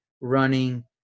running